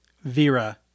Vera